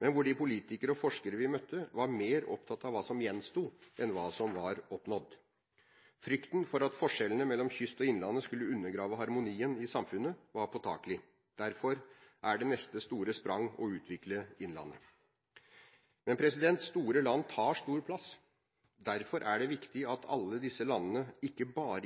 men hvor de politikere og forskere vi møtte, var mer opptatt av hva som gjensto, enn hva som var oppnådd. Frykten for at forskjellene mellom kysten og innlandet skulle undergrave harmonien i samfunnet, var påtakelig. Derfor er det neste store sprang å utvikle innlandet. Men store land tar stor plass. Derfor er det viktig at alle disse landene integreres ikke bare